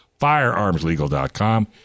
firearmslegal.com